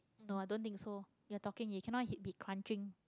no I don't think so he talking he cannot be crashing